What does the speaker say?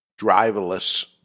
driverless